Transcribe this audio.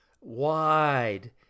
wide